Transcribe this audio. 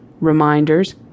Reminders